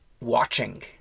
watching